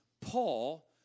Paul